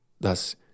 Thus